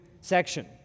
section